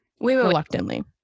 reluctantly